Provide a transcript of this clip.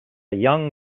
young